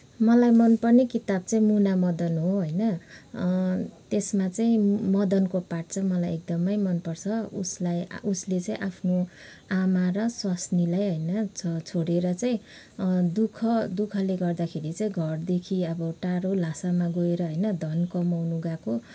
मलाई मन पर्ने किताब चाहिँ मुना मदन हो होइन त्यसमा चाहिँ मदनको पार्ट चाहिँ मलाई एकदमै मन पर्छ उसलाई उसले चाहिँ आफ्नो आमा र स्वास्नीलाई होइन छ छोडे्र चाहिँ दुःख दुःखले गर्दाखेरि चाहिँ घरदेखि अब टाडा ल्हासामा गएर होइन धन कमाउन गएको